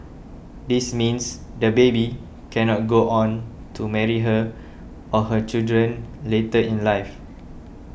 this means the baby cannot go on to marry her or her children later in life